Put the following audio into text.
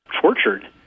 tortured